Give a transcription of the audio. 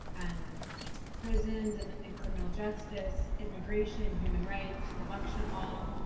and prisons and and criminal justice, immigration, human rights, election law,